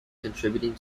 contributing